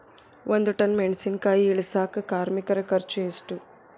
ಒಂದ್ ಟನ್ ಮೆಣಿಸಿನಕಾಯಿ ಇಳಸಾಕ್ ಕಾರ್ಮಿಕರ ಖರ್ಚು ಎಷ್ಟು?